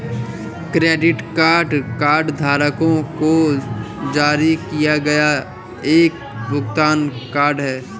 credit card कार्डधारकों को जारी किया गया एक भुगतान कार्ड है